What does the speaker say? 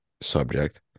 subject